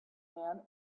man